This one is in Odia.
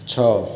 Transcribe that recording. ଛଅ